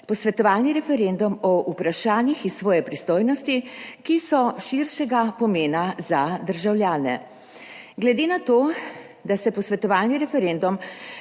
posvetovalni referendum o vprašanjih iz svoje pristojnosti, ki so širšega pomena za državljane. Glede na to, da se posvetovalni referendum